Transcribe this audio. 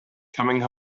coming